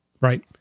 right